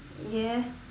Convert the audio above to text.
yes